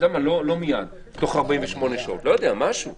לא מיד, תוך 48 שעות, משהו.